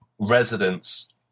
residents